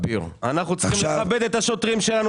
אנחנו צריכים לכבד את השוטרים שלנו